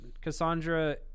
Cassandra